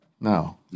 No